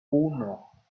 uno